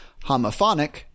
homophonic